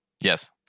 Yes